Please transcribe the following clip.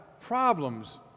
problems